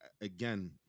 again